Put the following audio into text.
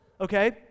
Okay